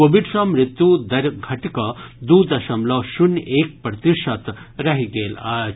Covid सँ मृत्यु दर घटिकऽ दू दशमलव शून्य एक प्रतिशत रहि गेल अछि